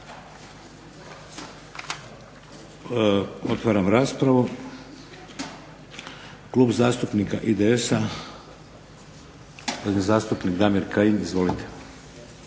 Otvaram raspravu. Klub zastupnika IDS-a, gospodin zastupnik Damir Kajin. Izvolite.